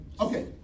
Okay